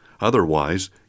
Otherwise